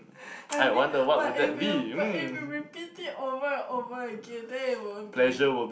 I mean but if you but if you repeat it over and over again then it won't be